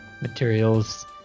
materials